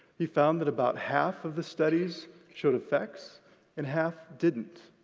he found that about half of the studies showed effects and half didn't.